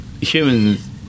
humans